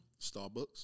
Starbucks